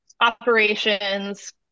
operations